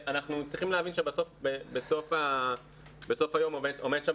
אנחנו צריכים להבין שבסוף היום עומד שם